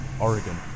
Oregon